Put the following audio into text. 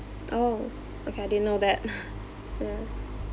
oh okay I didn't know that ya